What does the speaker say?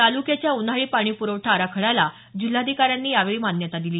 तालुक्याच्या उन्हाळी पाणी पुखठा आराखड्याला जिल्हाधिकाऱ्यांनी यावेळी मान्यता दिली